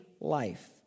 life